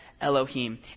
Elohim